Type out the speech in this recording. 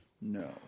No